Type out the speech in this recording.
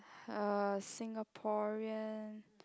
uh Singaporean